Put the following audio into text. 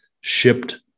shipped